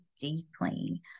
deeply